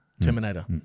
Terminator